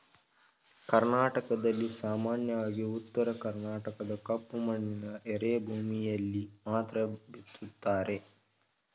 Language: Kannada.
ಕರ್ನಾಟಕದಲ್ಲಿ ಸಾಮಾನ್ಯವಾಗಿ ಉತ್ತರ ಕರ್ಣಾಟಕದ ಕಪ್ಪು ಮಣ್ಣಿನ ಎರೆಭೂಮಿಯಲ್ಲಿ ಮಾತ್ರ ಬಿತ್ತುತ್ತಾರೆ